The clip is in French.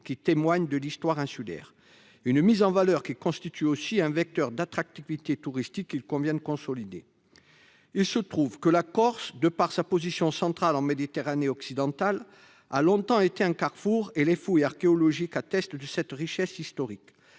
témoignant de l'histoire insulaire, une mise en valeur qui constitue aussi un vecteur d'attractivité touristique qu'il convient de consolider. Il se trouve que la Corse, en raison de sa position centrale en Méditerranée occidentale, a longtemps été un carrefour ; les fouilles archéologiques attestent de cette richesse historique.